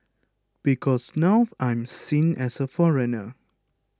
because now I'm seen as a foreigner